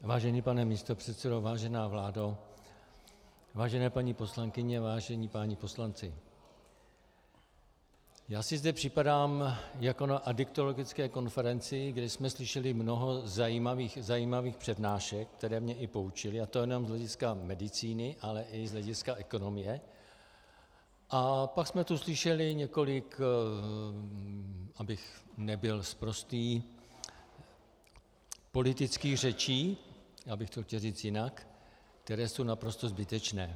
Vážený pane místopředsedo, vážená vládo, vážené paní poslankyně, vážení páni poslanci, já si zde připadám jako na adiktologické konferenci, kde jsme slyšeli mnoho zajímavých přednášek, které mě i poučily, a to nejen z hlediska medicíny, ale i z hlediska ekonomie, a pak jsme tu slyšeli několik, abych nebyl sprostý, politických řečí já bych to chtěl říci jinak , které jsou naprosto zbytečné.